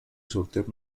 sortear